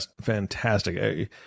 fantastic